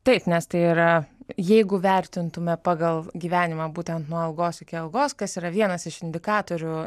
taip nes tai yra jeigu vertintume pagal gyvenimą būtent nuo algos iki algos kas yra vienas iš indikatorių